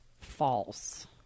False